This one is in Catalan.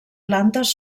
plantes